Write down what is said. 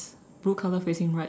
blue color facing right